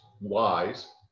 wise